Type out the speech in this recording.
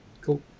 Cool